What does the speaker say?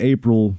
April